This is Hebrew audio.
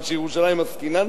כיוון שבירושלים עסקינן,